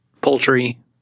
poultry